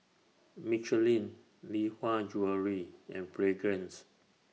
Michelin Lee Hwa Jewellery and Fragrance